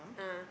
a'ah